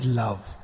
love